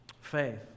faith